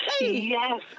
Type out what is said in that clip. yes